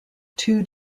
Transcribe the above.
two